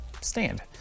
stand